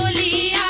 e